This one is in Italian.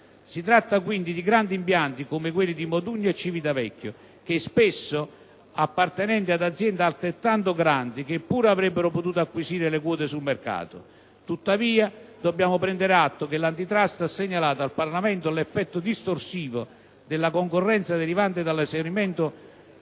Si tratta quindi di grandi impianti, come quelli di Modugno e Civitavecchia, spesso appartenenti ad aziende altrettanto grandi che pure avrebbero potuto acquisire le quote sul mercato. Tuttavia dobbiamo prendere atto che l'Antitrust ha segnalato al Parlamento l'effetto distorsivo della concorrenza derivante dall'esaurimento